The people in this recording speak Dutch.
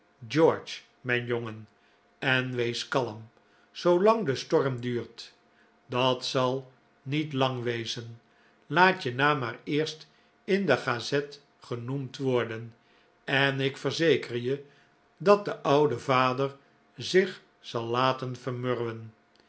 george mijn jongen en wees kalm zoolang de storm duurt dat zal niet lang wezen laat je naam maar eerst in de gazette genoemd worden en ik verzeker je dat de ouwe vader zich zal laten vermurwen